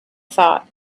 thought